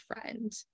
friend